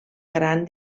gran